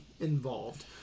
involved